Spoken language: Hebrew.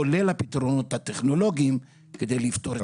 כולל הפתרונות הטכנולוגיים וכדי לפתור את הבעיה.